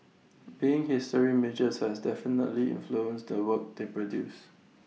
being history majors has definitely influenced the work they produce